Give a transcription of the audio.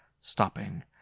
stopping